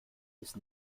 ist